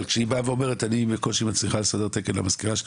אבל כשהיא בא ואומרת "אני בקושי מצליחה לסדר תקן למזכירה שלי,